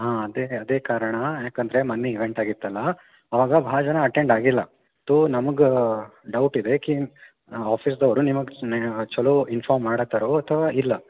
ಹಾಂ ಅದೇ ಅದೇ ಕಾರಣ ಏಕಂದ್ರೆ ಮೊನ್ನೆ ಈವೆಂಟ್ ಆಗಿತ್ತಲ್ವಾ ಅವಾಗ ಭಾಳ ಜನ ಅಟೆಂಡ್ ಆಗಿಲ್ಲ ತೊ ನಮ್ಗೆ ಡೌಟ್ ಇದೆ ಕಿ ಆಫೀಸ್ದವರು ನಿಮಗೆ ಚೊಲೋ ಇನ್ಫೋರ್ಮ್ ಮಾಡುತ್ತಾರೋ ಅಥವಾ ಇಲ್ಲೋ